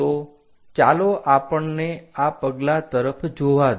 તો ચાલો આપણને આ પગલાં તરફ જોવા દો